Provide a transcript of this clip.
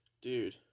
dude